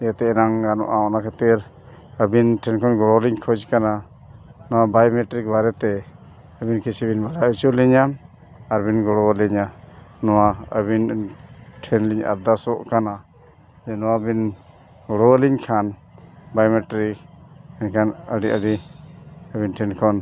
ᱡᱮᱛᱮᱣᱟᱱᱟᱜ ᱜᱟᱱᱚᱜᱼᱟ ᱚᱱᱟ ᱠᱷᱟᱹᱛᱤᱨ ᱟᱹᱵᱤᱱ ᱴᱷᱮᱱ ᱠᱷᱚᱱ ᱜᱚᱲᱚᱞᱤᱧ ᱠᱷᱚᱡᱽ ᱠᱟᱱᱟ ᱱᱚᱣᱟ ᱵᱟᱭᱳᱢᱮᱴᱨᱤᱠ ᱵᱟᱨᱮᱛᱮ ᱟᱹᱵᱤᱱ ᱠᱤᱪᱷᱩ ᱵᱤᱱ ᱵᱟᱲᱟᱭ ᱦᱚᱪᱚ ᱞᱤᱧᱟ ᱟᱨ ᱵᱤᱱ ᱜᱚᱲᱚ ᱟᱹᱞᱤᱧᱟ ᱱᱚᱣᱟ ᱟᱹᱵᱤᱱ ᱴᱷᱮᱱ ᱞᱤᱧ ᱟᱨᱫᱟᱥᱚᱜ ᱠᱟᱱᱟ ᱡᱮ ᱱᱚᱣᱟ ᱵᱤᱱ ᱜᱚᱲᱚ ᱟᱹᱞᱤᱧ ᱠᱷᱟᱱ ᱵᱟᱭᱳᱢᱮᱴᱨᱤᱠ ᱮᱱᱠᱷᱟᱱ ᱟᱹᱰᱤ ᱟᱹᱰᱤ ᱟᱹᱵᱤᱱ ᱴᱷᱮᱱ ᱠᱷᱚᱱ